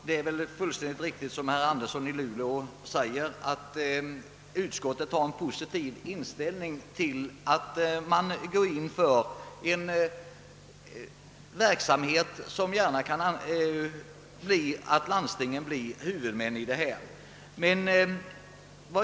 Herr talman! Det är fullt riktigt som herr Andersson i Luleå säger, att utskottet har en positiv inställning till en verksamhet av det aktuella slaget, för vilken landstingen gärna kan bli huvudmän.